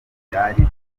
byari